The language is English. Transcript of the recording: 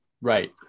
Right